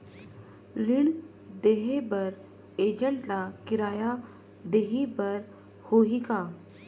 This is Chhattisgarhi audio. ऋण देहे बर एजेंट ला किराया देही बर होही का?